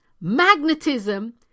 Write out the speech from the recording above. magnetism